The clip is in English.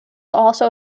also